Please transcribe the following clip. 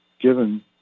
given